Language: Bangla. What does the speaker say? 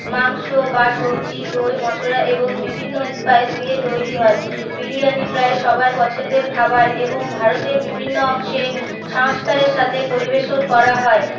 মাংস বা সবজি দই মশলা এবং বিভিন্ন স্পাইস দিয়ে তৈরি হয় বিরিয়ানি প্রায় সবার পছন্দের খাবার এবং ভারতের বিভিন্ন অংশে সংস্কারের সাথে পরিবেশন করা হয়